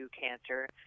cancer